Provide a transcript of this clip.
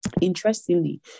Interestingly